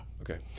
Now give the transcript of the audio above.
okay